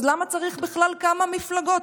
אז למה צריך בכלל כמה מפלגות?